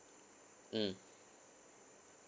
mm